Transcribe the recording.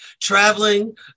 traveling